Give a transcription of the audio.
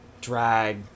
drag